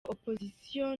opposition